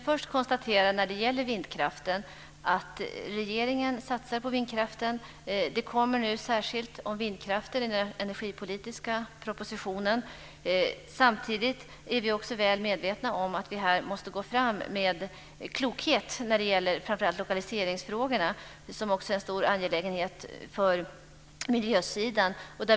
Fru talman! Regeringen satsar på vindkraften. Den kommer att behandlas i den energipolitiska propositionen. Samtidigt är vi väl medvetna om att vi i framför allt lokaliseringsfrågorna måste gå fram med klokhet eftersom de är en stor angelägenhet för miljösidan.